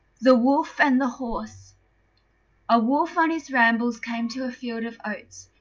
the wolf and the horse a wolf on his rambles came to a field of oats,